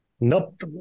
nope